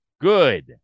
good